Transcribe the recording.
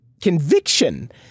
conviction